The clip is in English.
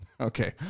Okay